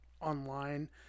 online